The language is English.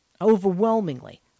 overwhelmingly